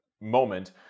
moment